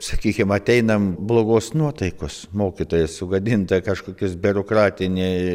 sakykim ateinam blogos nuotaikos mokytojas sugadinta kažkokius biurokratinė